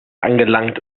angelangt